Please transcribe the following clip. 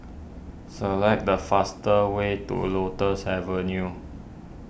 select the faster way to Lotus Avenue